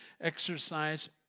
exercise